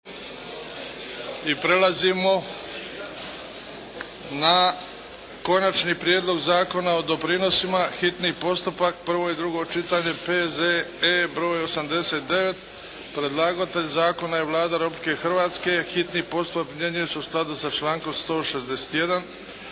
i prelazimo na - Konačni prijedlog Zakona o doprinosima, hitni postupak, prvo i drugo čitanje, P.Z.E. br. 89 Predlagatelj zakona je Vlada Republike Hrvatske. Hitni postupak primjenjuje se u skladu sa člankom 161.